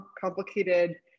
complicated